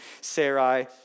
Sarai